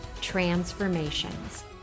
transformations